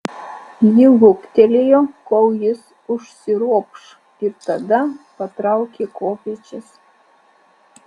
ji luktelėjo kol jis užsiropš ir tada patraukė kopėčias